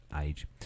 age